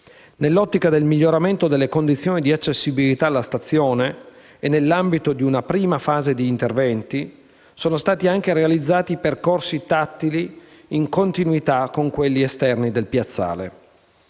Nell'ottica del miglioramento delle condizioni di accessibilità alla stazione e nell'ambito di una prima fase di interventi, sono stati anche realizzati percorsi tattili in continuità con quelli esterni del piazzale.